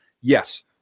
Yes